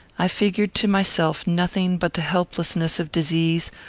i figured to myself nothing but the helplessness of disease,